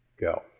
go